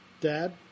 Dad